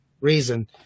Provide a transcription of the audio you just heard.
reason